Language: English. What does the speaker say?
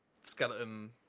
skeleton